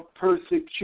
persecution